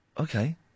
Okay